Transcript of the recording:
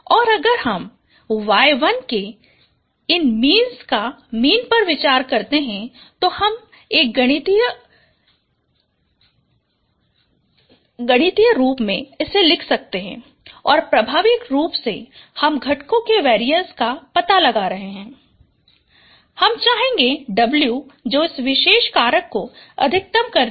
और अगर हम y1 के इन मीन्स का मीन पर विचार करते हैं तो हम लिख सकते हैं y1N i1Nyi0 और प्रभावी रूप से हम घटकों के वेरीएंस का पता लगा रहे हैं और हम चाहेंगे W जो इस विशेष कारक को अधिकतम करता है